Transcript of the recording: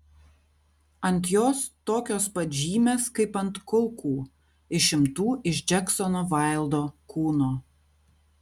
ant jos tokios pat žymės kaip ant kulkų išimtų iš džeksono vaildo kūno